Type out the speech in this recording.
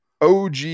OG